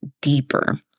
deeper